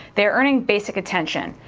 they're earning basic attention.